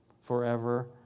forever